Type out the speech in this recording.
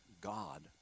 God